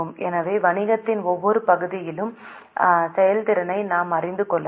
எனவே வணிகத்தின் ஒவ்வொரு பகுதியினதும் செயல்திறனை நாம் அறிந்து கொள்ளலாம்